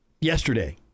yesterday